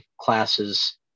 classes